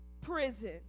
prison